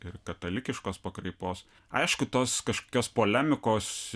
ir katalikiškos pakraipos aišku tos kažkokios polemikos